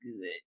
good